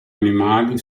animali